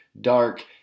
dark